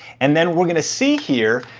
and then we're gonna see here,